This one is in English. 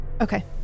Okay